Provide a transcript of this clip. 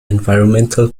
environmental